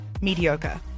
mediocre